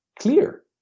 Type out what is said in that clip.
clear